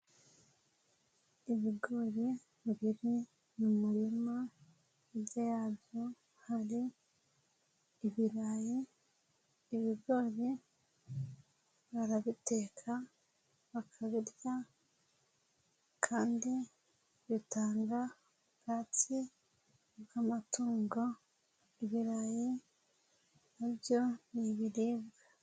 Ibigori biri mu muririma, hijya yabyo hari ibirayi, ibigori barabiteka bakabirya kandi bitanga ubwatsi bw'amatungo, ibirayi na byo ni ibiribwa.